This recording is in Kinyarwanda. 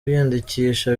kwiyandikisha